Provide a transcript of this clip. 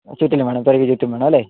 ചുറ്റിനും വേണം പെരയ്ക്ക് ചുറ്റും വേണം അല്ലേ